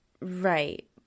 Right